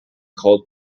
cold